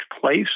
place